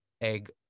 egg-